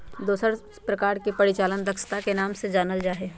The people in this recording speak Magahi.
दूसर प्रकार के परिचालन दक्षता के नाम से जानल जा हई